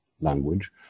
language